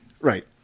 Right